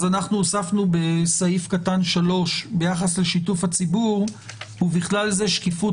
הוספנו בסעיף קטן (3) ביחס לשיתוף הציבור ובכלל זה שקיפות